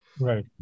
Right